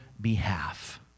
behalf